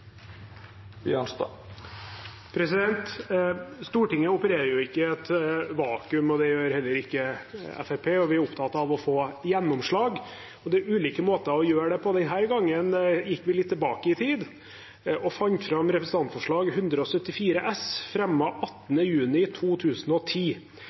Stortinget opererer jo ikke i et vakuum, og det gjør heller ikke Fremskrittspartiet. Vi er opptatt av å få gjennomslag, og det er ulike måter å gjøre det på. Denne gangen gikk vi litt tilbake i tid og fant fram Representantforslag 174 S